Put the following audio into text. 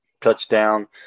touchdown